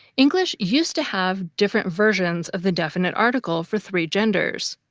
english used to have different versions of the definite article for three genders,